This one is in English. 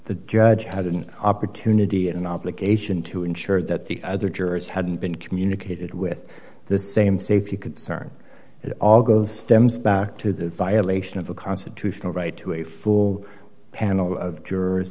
the judge had an opportunity an obligation to ensure that the other jurors hadn't been communicated with the same safety concerns and all goes stems back to the violation of the constitutional right to a few a panel of jurors